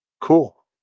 Cool